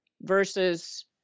versus